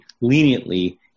leniently